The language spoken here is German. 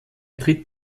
tritt